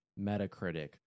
Metacritic